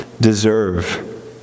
deserve